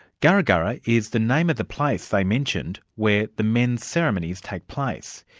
karawar is the name of the place they mentioned where the men's ceremonies take place.